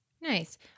Nice